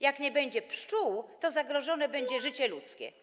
Jak nie będzie pszczół, to zagrożone będzie życie ludzkie.